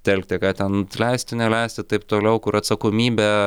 telkti ką ten leisti neleisti taip toliau kur atsakomybė